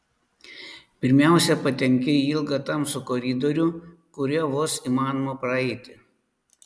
pirmiausia patenki į ilgą tamsų koridorių kuriuo vos įmanoma praeiti